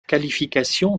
qualification